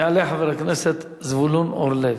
יעלה חבר הכנסת זבולון אורלב.